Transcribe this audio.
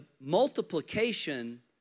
multiplication